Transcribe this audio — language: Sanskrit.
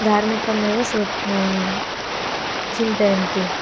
धार्मिकमेव स चिन्तयन्ति